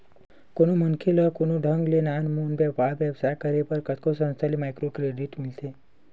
कोनो मनखे ल कोनो ढंग ले नानमुन बइपार बेवसाय करे बर कतको संस्था ले माइक्रो क्रेडिट मिलथे